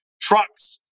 trucks